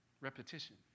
repetition